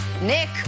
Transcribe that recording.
Nick